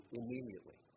immediately